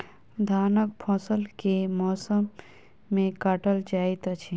धानक फसल केँ मौसम मे काटल जाइत अछि?